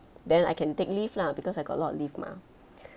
then I can take leave lah because I got a lot of leave mah